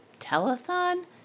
telethon